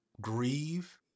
grieve